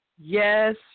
yes